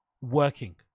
working